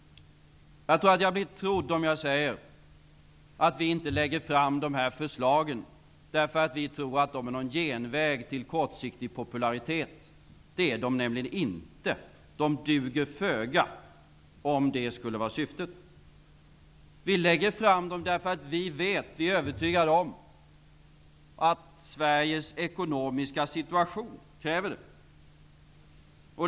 Jag blir nog trodd om jag säger att vi inte lägger fram sparförslagen därför att vi tror att de är någon genväg till kortsiktig popularitet. Det är de nämligen inte. De duger föga om det skulle vara syftet. Vi lägger fram dem därför att vi vet, är övertygade om, att Sveriges ekonomiska situation kräver det.